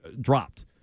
dropped